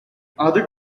other